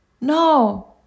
No